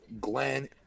Glenn